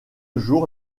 jour